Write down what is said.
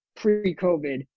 pre-COVID